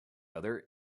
other